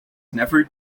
never